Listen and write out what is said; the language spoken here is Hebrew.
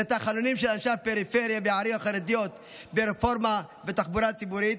לתחנונים של אנשי הפריפריה והערים החרדיות ברפורמה בתחבורה הציבורית,